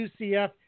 UCF